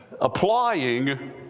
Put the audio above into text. applying